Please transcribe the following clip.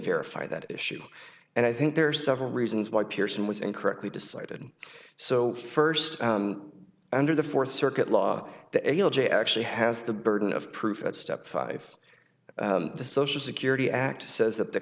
verify that issue and i think there are several reasons why pearson was incorrectly decided so first under the fourth circuit law the l j actually has the burden of proof at step five the social security act says